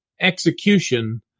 execution